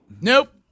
Nope